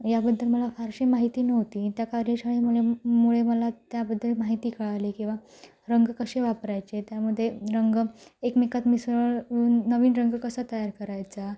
याबद्दल मला फारशी माहिती नव्हती त्या कार्यशाळेमुळे मुळे मला त्याबद्दल माहिती कळाली किंवा रंग कसे वापरायचे त्यामध्ये रंग एकमेकात मिसळ ळून नवीन रंग कसा तयार करायचा